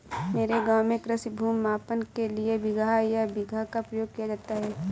मेरे गांव में कृषि भूमि मापन के लिए बिगहा या बीघा का प्रयोग किया जाता है